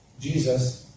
Jesus